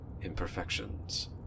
imperfections